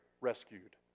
rescued